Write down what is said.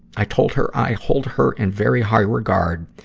i told her i hold her in very high regard,